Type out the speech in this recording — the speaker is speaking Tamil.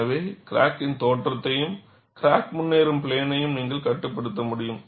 எனவே கிராக்கின் தோற்றத்தையும் கிராக் முன்னேறும் பிளேனையும் நீங்கள் கட்டுப்படுத்த முடியும்